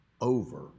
over